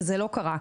וזה לא קרה.